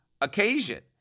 occasion